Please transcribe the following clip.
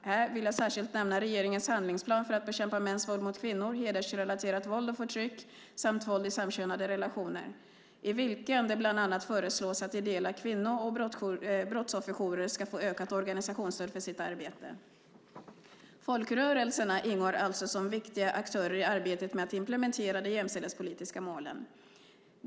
Här vill jag särskilt nämna regeringens handlingsplan för att bekämpa mäns våld mot kvinnor, hedersrelaterat våld och förtryck samt våld i samkönade relationer i vilken det bland annat föreslås att ideella kvinno och brottsofferjourer ska få ökat organisationsstöd för sitt arbete. Folkrörelserna ingår alltså som viktiga aktörer i arbetet med att implementera de jämställdhetspolitiska målen.